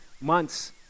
months